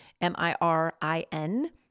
M-I-R-I-N